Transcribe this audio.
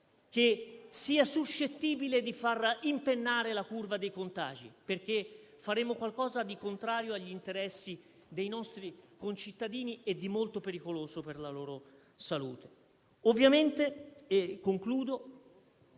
suscettibili di far impennare la curva dei contagi, perché faremmo qualcosa di contrario agli interessi dei nostri concittadini e di molto pericoloso per la loro salute.